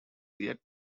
yet